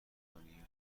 کنیم